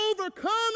overcoming